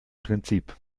prinzip